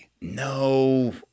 No